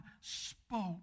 spoke